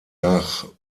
nach